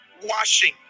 washing